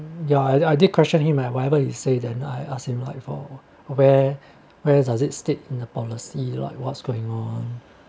ya I did question him whatever he say then I ask him like for where whereas does it state in a policy like what's going on